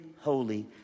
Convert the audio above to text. holy